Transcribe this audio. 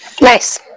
Nice